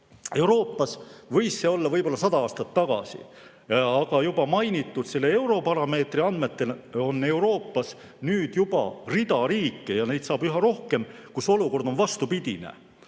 Euroopas võis see nii olla võib-olla sada aastat tagasi, aga juba mainitud Eurobaromeetri andmetel on Euroopas nüüd juba rida riike ja neid saab üha rohkem, kus olukord on vastupidine.